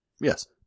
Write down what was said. Yes